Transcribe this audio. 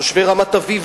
תושבי רמת-אביב,